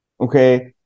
okay